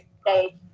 stay